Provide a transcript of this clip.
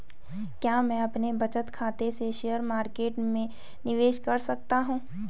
क्या मैं अपने बचत खाते से शेयर मार्केट में निवेश कर सकता हूँ?